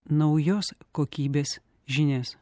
naujos kokybės žinias